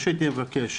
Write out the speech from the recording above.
מה שהייתי מבקש,